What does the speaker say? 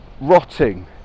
rotting